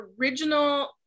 original